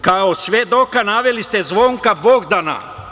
Kao svedoka naveli ste Zvonka Bogdana.